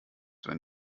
wenn